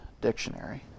Dictionary